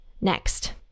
next